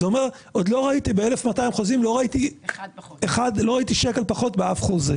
עוד לא ראיתי ב-1,200 חוזים שקל פחות באף חוזה.